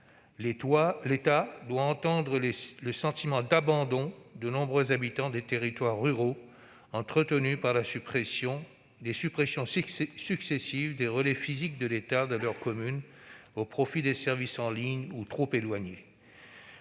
L'État doit entendre le sentiment d'abandon de nombreux habitants des territoires ruraux, entretenu par les suppressions successives des relais physiques de l'État dans leur commune au profit de services en ligne ou trop éloignés.